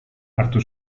hartu